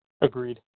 Agreed